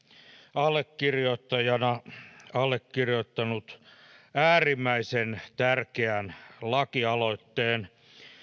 allekirjoittajana allekirjoittanut äärimmäisen tärkeän lakialoitteen